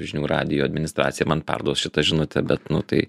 žinių radijo administracija man perduos šitą žinutę bet nu tai